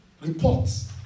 reports